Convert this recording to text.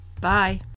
bye